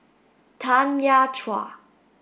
Tanya Chua